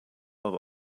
aber